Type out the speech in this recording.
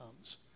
comes